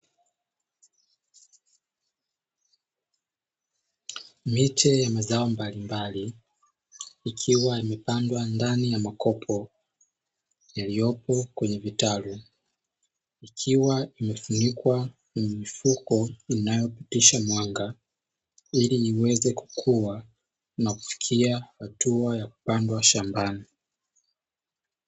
Miche ya mazao mbalimbali, ikiwa imepandwa ndani ya makopo yaliyopo kwenye vitalu, ikiwa imefunikwa na mifuko inayopitisha mwanga, ili iweze kukua na kufikia hatua ya kupandwa shambani.